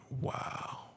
Wow